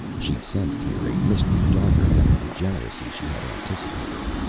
she sensed here a mystery darker than the degeneracy she had anticipated.